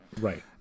Right